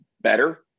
better